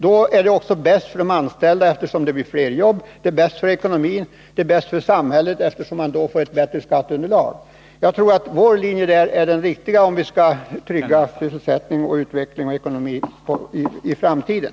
Det blir också det bästa för de anställda, eftersom det då blir jobb. Det är bäst för ekonomin, och det är bäst för samhället, eftersom man då får ett bättre skatteunderlag. Jag tror att vår linje är den riktiga om vi skall trygga sysselsättning, utveckling och ekonomi i framtiden.